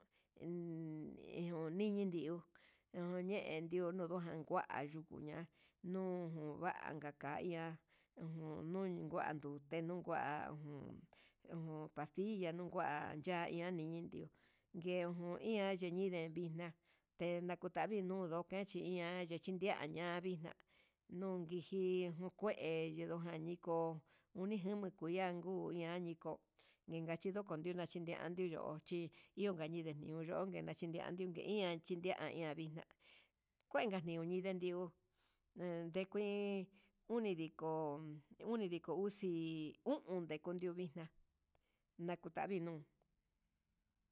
Em emm jun niñin ndi'o ujun yendio nujan kua kayukuña nunvanka ian, jun nun nguan duté nunguan ngun pastilla ngua ya'a iha nii, nindio ngue jun, iha yee ndevixna tedikavinu dokachi ian yechivaxnia vixna yundiji yindo kué yindo jan ñiko unijan uyan kuu ya'a ñaninko yinacho kondikan ndea nicho xhii iunka ñindun kedo donka xhinianko ndeia chiñaña vixna kuenka niuni ndiu uun ndekuin unidiko, unidiko uxi o'on ndekundio vixna'a natavi nuu.